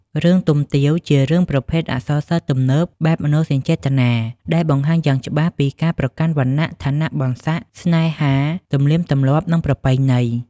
រឿងទំទាវ ជារឿងប្រភេទអក្សរសិល្ប៍ទំនើប បែបមនោសញ្ជេតនា ដែលបង្ហាញយ៉ាងច្បាស់ពីការប្រកាន់វណ្ណះ ឋានះបុណ្យសក្តិ ស្នេហា ទំនៀមទម្លាប់និងប្រពៃណី។